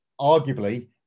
arguably